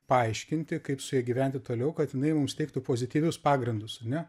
paaiškinti kaip su ja gyventi toliau kad jinai mums teiktų pozityvius pagrindus ane